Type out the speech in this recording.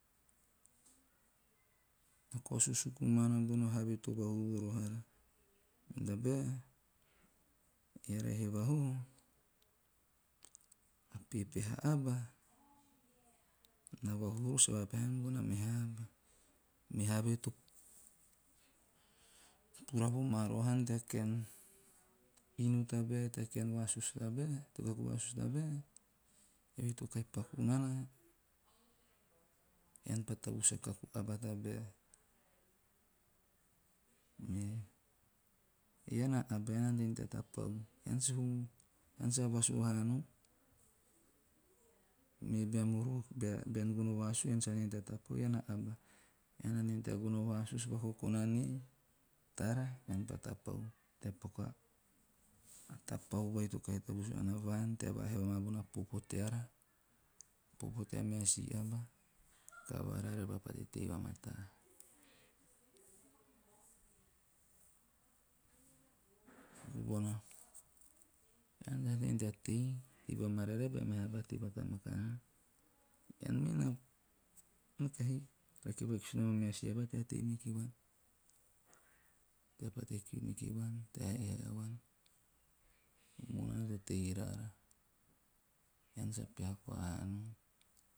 na kao susuku maana bona have to vahuhu voroko ara, men" tabal eara he vahuhu, a pepeha aba na vahuhu roho, sa va peha ha minana bona maa meha aba. Me have to pura vo maa rohan teo kaku vasusu tabal, eve to kahi paku nana ean pa tavus a kaku aba tabal, me ean a aba ean na ate nom tea tapau. Ean sahum. Ean sa vasu haa nom, me bean gono vasusu ean sa ante haa nom tea tapau, ean a aba. Ean na ante nom tea gono vasus, vakokona nie, tara ean pa tapau tea paku a tapau vai to kahi tavus maana vaan tea vaa hiava maa pona popo teara, popo tea meha si aba. kavara raara repa pate tei vamataa, suku bone, ean ma ante nom tea tei marararae bea meha aba tei a meha aba tea tei miki vuan, tea pate kiu mikivuan, ta haihai avuan, nomana to tei voraara. Ean sa peha koa haa nom ean.